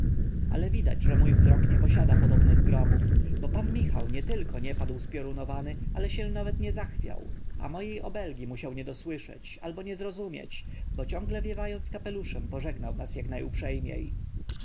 ale widać że mó wzrok nie posiada podobnych gromów bo pan michał nie tylko nie padł spiorunowany ale się nawet nie zachwiał a mo e obelgi musiał nie dosłyszeć albo nie zrozumieć bo ciągle wiewa ąc kapeluszem pożegnał nas ak na